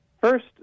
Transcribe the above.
first